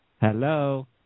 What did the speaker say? Hello